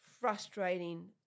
frustrating